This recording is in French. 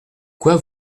quoi